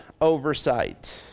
oversight